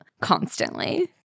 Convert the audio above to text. constantly